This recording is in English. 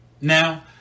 Now